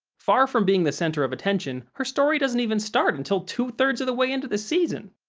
far from being the center of attention, her story doesn't even start until two-thirds of the way into the season.